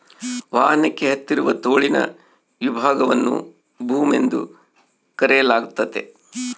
ವಾಹನಕ್ಕೆ ಹತ್ತಿರವಿರುವ ತೋಳಿನ ವಿಭಾಗವನ್ನು ಬೂಮ್ ಎಂದು ಕರೆಯಲಾಗ್ತತೆ